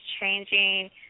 changing